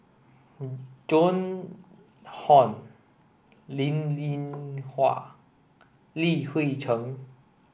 Joan Hon Linn In Hua Li Hui Cheng